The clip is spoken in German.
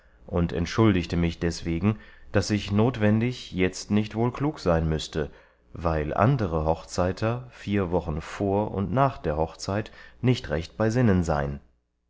und entschuldigte mich deswegen daß ich notwendig jetzt nicht wohl klug sein müßte weil andere hochzeiter vier wochen vor und nach der hochzeit nicht recht bei sinnen sein